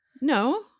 No